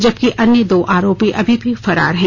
जबकि अन्य दो आरोपी अभी भी फरार है